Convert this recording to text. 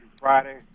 Friday